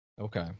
Okay